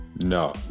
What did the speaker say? No